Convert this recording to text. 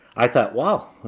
i thought, wow.